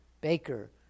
baker